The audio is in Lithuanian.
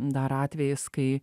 dar atvejis kai